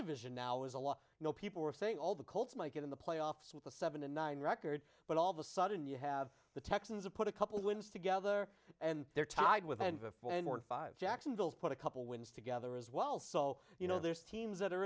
division now is a law you know people were saying all the colts might get in the playoffs with a seven and nine record but all of a sudden you have the texans are put a couple of wins together and they're tied with end before five jacksonville put a couple wins together as well so you know there's teams that are